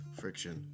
friction